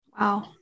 Wow